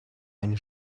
eine